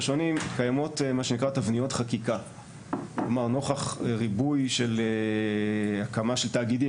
קיימות מה שנקרא תבניות חקיקה נוכח ריבוי של הקמה של תאגידים,